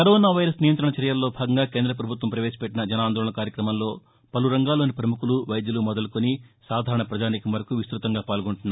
corona virus నియంత్రణ చర్యల్లో భాగంగా కేంద్రప్రభుత్వం పవేశపెట్టిన జన్ ఆందోళన్ కార్యక్రమంలో పలు రంగాల్లోని పముఖులు వైద్యులు మొదులుకొని సాధారణ పజానీకం వరకు విస్తృతంగా పాల్గొంటున్నారు